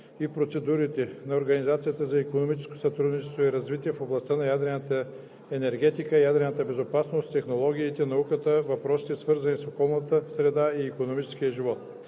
и процедурите на Организацията за икономическо сътрудничество и развитие в областта на ядрената енергетика, ядрената безопасност, технологиите, науката, въпросите, свързани с околната среда и икономическия живот.